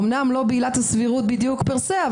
אומנם לא בעילת הסבירות בדיוק פרסה,